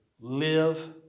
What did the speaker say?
Live